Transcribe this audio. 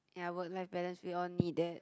ya work life balance we all need that